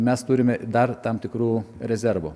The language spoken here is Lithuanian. mes turime dar tam tikrų rezervų